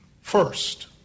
first